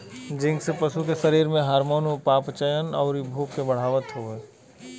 zinc से पशु के शरीर में हार्मोन, उपापचयन, अउरी भूख के बढ़ावत हवे